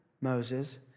Moses